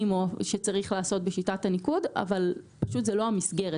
שצריך לעשות בשיטת הניקוד אבל פשוט זאת לא המסגרת.